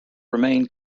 remain